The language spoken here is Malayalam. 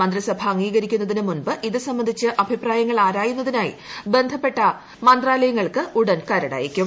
മന്ത്രിസഭ അംഗീകരിക്കുന്നതിന് മുമ്പ് ഇത് സംബന്ധിച്ച് അഭിപ്രായങ്ങൾ ആരായുന്നതിനായി പ്രധാനപ്പെട്ട മന്ത്രാലയങ്ങൾക്ക് ഉടൻ കരട് അയയ്ക്കും